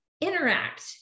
interact